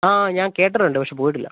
ആ ഞാൻ കേട്ടിട്ടുണ്ട് പക്ഷേ പോയിട്ടില്ല